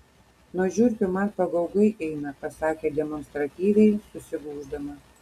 nuo žiurkių man pagaugai eina pasakė demonstratyviai susigūždama